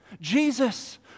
Jesus